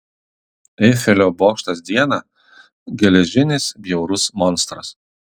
eifelio bokštas dieną geležinis bjaurus monstras